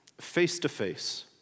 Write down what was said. face-to-face